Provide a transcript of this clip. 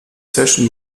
session